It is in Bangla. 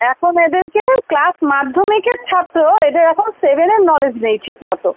এখন এদেরকে ক্লাস মাধ্যমিকের ছাত্র এদের এখন সেভেনের নলেজ নেই ঠিক মতো